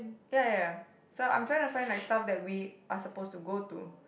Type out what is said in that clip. ya ya ya so I'm trying to find like stuff that we are suppose to go to